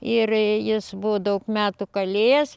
ir jis buvo daug metų kalėjęs